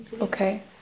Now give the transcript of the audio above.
Okay